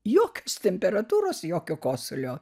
jokios temperatūros jokio kosulio